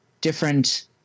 different